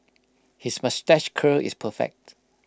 his moustache curl is perfect